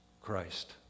Christ